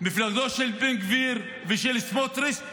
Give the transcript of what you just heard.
מפלגתו של בן גביר ושל סמוטריץ',